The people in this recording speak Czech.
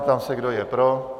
Ptám se, kdo je pro.